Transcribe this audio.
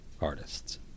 artists